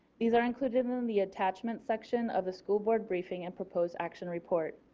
these are included in um the attachment section of the school board briefing and proposed action report.